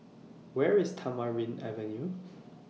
Where IS Tamarind Avenue